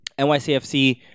NYCFC